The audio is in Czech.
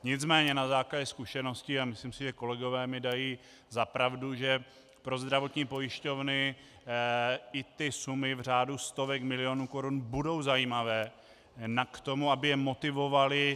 Nicméně na základě zkušeností, a myslím si, že kolegové mi dají za pravdu, že pro zdravotní pojišťovny i ty sumy v řádu stovek milionů korun budou zajímavé k tomu, aby je motivovaly.